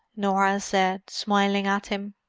norah said, smiling at him.